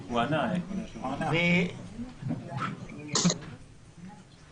אדוני היושב-ראש, אני שומע אותך בהחלט.